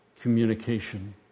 communication